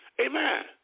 Amen